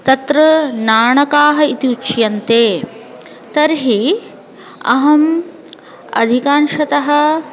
तत्र नाणकाः इति उच्यन्ते तर्हि अहम् अधिकान्शतः